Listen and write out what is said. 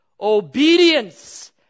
obedience